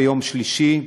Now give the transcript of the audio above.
ביום שלישי.